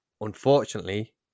unfortunately